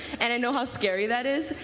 and i know how scary that is.